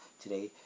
today